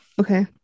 okay